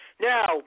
Now